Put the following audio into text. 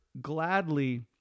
gladly